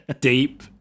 deep